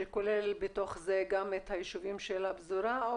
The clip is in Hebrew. שכולל בתוך זה גם את היישובים של הפזורה?